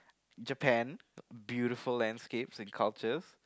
Japan beautiful landscapes and cultures